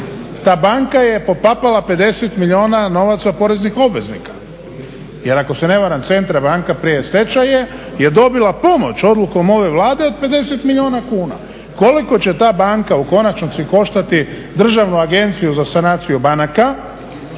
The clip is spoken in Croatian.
Ta banka je popapala 50 milijuna novaca poreznih obveznika. Jer ako se ne varam Centar banka prije stečaja je dobila pomoć odlukom ove Vlade od 50 milijuna kuna. Koliko će ta banka u konačnici koštati Državnu agenciju za sanaciju banaka